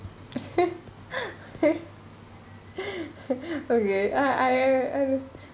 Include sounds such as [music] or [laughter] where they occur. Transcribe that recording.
[laughs] okay I I I I